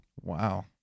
Wow